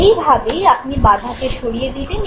এইভাবেই আপনি বাধাকে সরিয়ে দিলেন